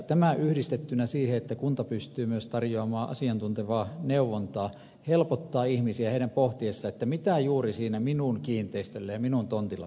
tämä yhdistettynä siihen että kunta pystyy tarjoamaan myös asiantuntevaa neuvontaa helpottaa ihmisiä heidän pohtiessaan sitä mitä juuri siinä hänen kiinteistöllään ja hänen tontillaan pitää tehdä